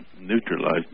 neutralized